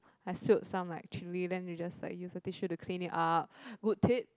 I spilled some like chili then you just like a tissue to clean it up good tip